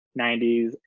90s